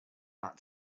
back